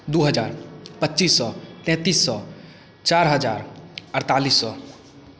दू हजार पच्चीस सए तैंतीस सए चारि हजार अड़तालीस सए